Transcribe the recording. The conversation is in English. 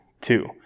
two